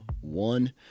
one